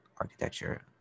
architecture